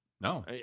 no